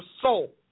soul